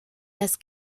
das